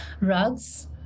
rugs